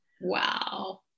Wow